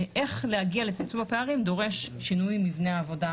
איך להגיע לצמצום הפערים דורש שינוי מבנה העבודה